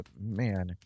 man